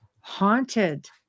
haunted